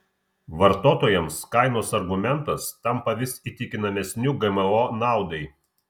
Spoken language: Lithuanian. vartotojams kainos argumentas tampa vis įtikinamesniu gmo naudai